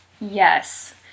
yes